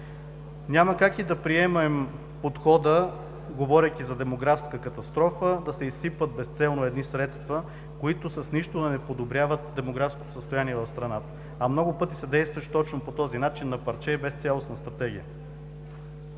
Няма как и да приемем подхода, говорейки за демографска катастрофа, да се изсипват безцелно едни средства, които с нищо да не подобряват демографското състояние в страната, а много пъти се действаше точно по този начин – на парче и без цялостна стратегия.